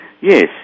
Yes